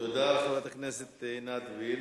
תודה לחברת הכנסת עינת וילף.